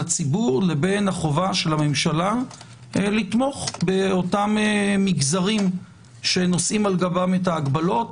הציבור לבין חובת הממשלה לתמוך באותם מגזרים שנושאים על גבם את ההגבלות,